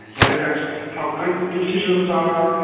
yeah that affects how good decisions are,